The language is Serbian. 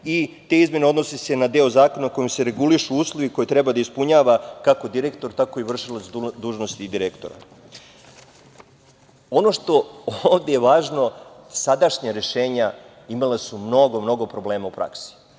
i te izmene se odnose na deo zakona kojim se regulišu uslovi koje treba da ispunjava kako direktor tako i vršilac dužnosti direktora. Ono što je ovde važno, sadašnja rešenja imala su mnogo problema u praksi.